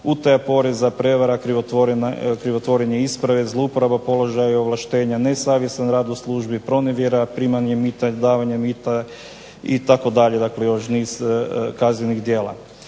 utaja poreza, prevara, krivotvorenje isprave, zlouporaba položaja i ovlaštenja, nesavjestan rad u službi, pronevjera, primanje mita, davanje mita itd., dakle još niz kaznenih djela.